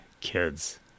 kids